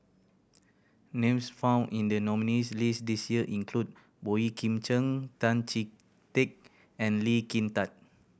names found in the nominees' list this year include Boey Kim Cheng Tan Chee Teck and Lee Kin Tat